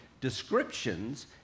descriptions